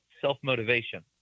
self-motivation